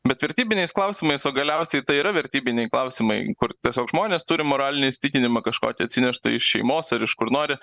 bet vertybiniais klausimais o galiausiai tai yra vertybiniai klausimai kur tiesiog žmonės turi moralinį įsitikinimą kažkokį atsineštą iš šeimos ar iš kur nori